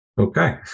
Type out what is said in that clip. Okay